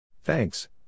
Thanks